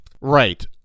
Right